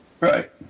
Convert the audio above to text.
right